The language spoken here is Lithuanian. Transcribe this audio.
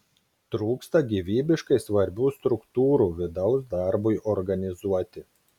trūksta gyvybiškai svarbių struktūrų vidaus darbui organizuoti